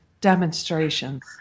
demonstrations